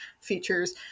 features